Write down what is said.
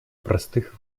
простых